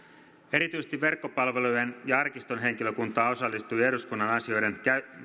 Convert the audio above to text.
erityisesti verkkopalvelujen ja arkiston henkilökuntaa osallistui eduskunnan asioiden